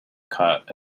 caught